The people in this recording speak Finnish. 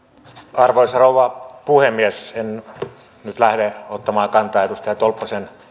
arvoisa rouva puhemies en nyt lähde ottamaan kantaa edustaja tolppasen